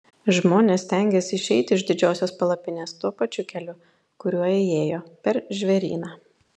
žmonės stengiasi išeiti iš didžiosios palapinės tuo pačiu keliu kuriuo įėjo per žvėryną